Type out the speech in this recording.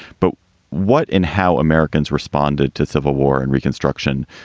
but what in how americans responded to civil war and reconstruction?